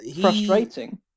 frustrating